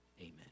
amen